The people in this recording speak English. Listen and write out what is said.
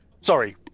sorry